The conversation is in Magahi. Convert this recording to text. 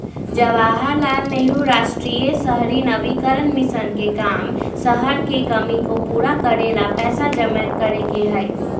जवाहर लाल नेहरू राष्ट्रीय शहरी नवीकरण मिशन के काम शहर के कमी के पूरा करे ला पैसा जमा करे के हई